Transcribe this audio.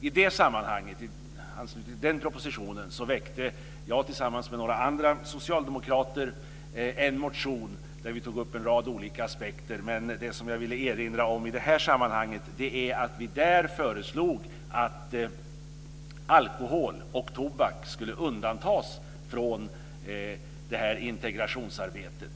I anslutning till den propositionen väckte jag tillsammans med några andra socialdemokrater en motion där vi tog upp en rad olika aspekter. Det som jag vill erinra om i det här sammanhanget är att vi där föreslog att alkohol och tobak skulle undantas från det här integrationsarbetet.